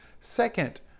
second